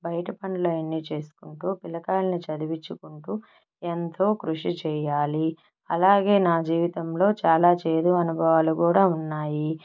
బయట పనులన్నీ చేసుకుంటూ పిల్లకాయలిని చదివించుకుంటూ ఎంతో కృషి చేయాలి అలాగే నా జీవితంలో చాలా చేదు అనుభవాలు కూడా ఉన్నాయి